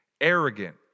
arrogant